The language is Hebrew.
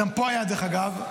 גם פה היה, דרך אגב.